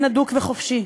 אין אדוק וחופשי,